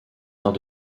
arts